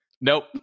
Nope